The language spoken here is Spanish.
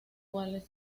cuales